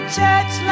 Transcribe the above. church